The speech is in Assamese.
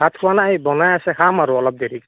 ভাত খোৱা নাই বনাই আছে খাম আৰু অলপ দেৰি